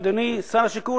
אדוני שר השיכון,